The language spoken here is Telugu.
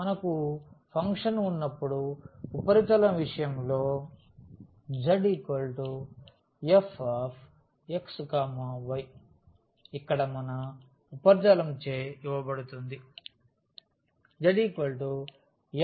మనకు ఫంక్షన్ ఉన్నప్పుడు ఉపరితలం విషయంలో z f x y ఇక్కడ మన ఉపరితలం చే ఇవ్వబడుతుంది z f x y